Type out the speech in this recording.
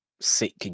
sick